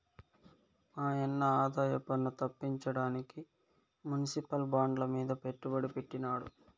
మాయన్న ఆదాయపన్ను తప్పించడానికి మునిసిపల్ బాండ్లమీద పెట్టుబడి పెట్టినాడు